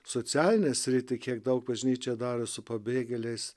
socialinę sritį kiek daug bažnyčia daro su pabėgėliais